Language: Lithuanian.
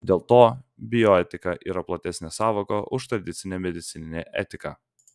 dėl to bioetika yra platesnė sąvoka už tradicinę medicininę etiką